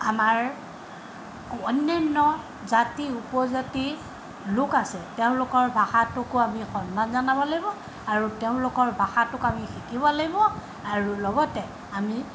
আমাৰ অন্যান্য জাতি উপজাতি লোক আছে তেওঁলোকৰ ভাষাটোকো আমি সন্মান জনাব লাগিব আৰু তেওঁলোকৰ ভাষাটোক আমি শিকিব লাগিব আৰু লগতে আমি